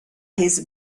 his